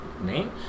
name